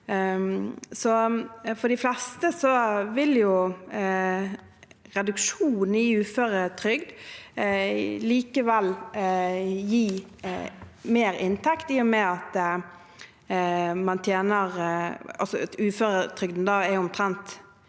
For de fleste vil reduksjonen i uføretrygd likevel gi mer inntekt, i og med at uføretrygden er omtrent